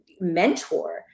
mentor